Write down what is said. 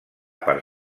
per